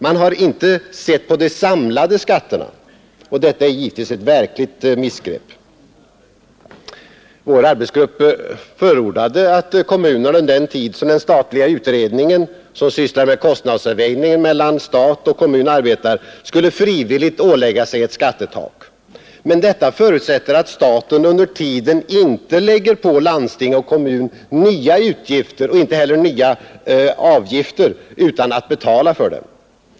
Man har inte sett på de samlade skatterna. Detta är givetvis ett verkligt misstag. Vår arbetsgrupp förordade att kommunerna, under den tid som den statliga utredningen som sysslar med kostnadsavvägningen mellan stat och kommun arbetar, skulle frivilligt ålägga sig ett skattetak. Men detta förutsätter att staten under tiden inte lägger på landsting och kommuner nya utgifter — och avgifter — utan att betala för dem.